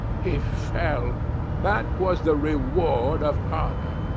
he fell that was the reward of honor.